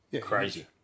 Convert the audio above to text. Crazy